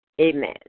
Amen